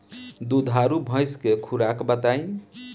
दुधारू भैंस के खुराक बताई?